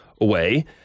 away